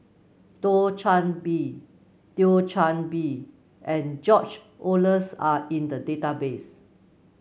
Thio Chan Bee Thio Chan Bee and George Oehlers are in the database